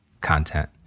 content